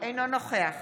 אינו נוכח